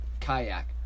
kayak